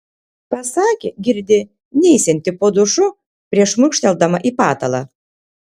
pasakė girdi neisianti po dušu prieš šmurkšteldama į patalą